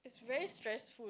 very stressful